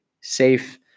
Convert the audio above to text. safe